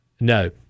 No